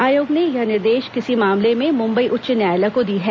आयोग ने यह निर्देश किसी मामले में मुम्बई उच्च न्यायालय को दी है